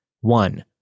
One